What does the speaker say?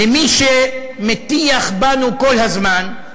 למי שמטיח בנו כל הזמן: